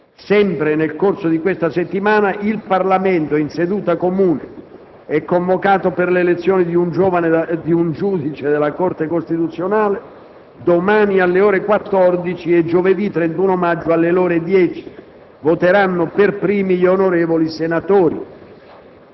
Sempre nel corso di questa settimana, il Parlamento in seduta comune è convocato, per l'elezione di un giudice della Corte costituzionale, domani alle ore 14 e giovedì 31 maggio alle ore 10. Voteranno per primi gli onorevoli senatori.